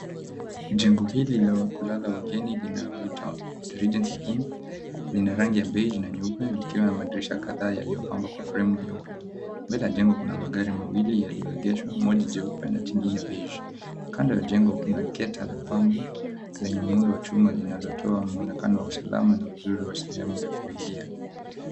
Jengo hili la kuwalala wageni linaloitwa, The Regency Inn, lina rangi ya beige na nyeupe likiwa na madirisha kadhaa yaliyopambwa kwa fremu nyeupe. Mbele ya jengo kuna magari mawili yaliyoegeshwa, moja jeupe na lingine beige . Kando ya jengo kuna geti la pambo lenye muundo wa chuma linalotoa muonekano wa usalama na uzuri wa sehemu ya kuingia.